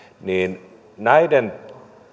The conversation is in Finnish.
niin näiden